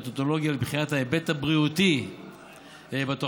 למתודולוגיה לבחינת ההיבט הבריאותי בתוכניות,